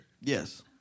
Yes